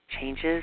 changes